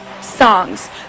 songs